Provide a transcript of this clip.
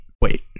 Wait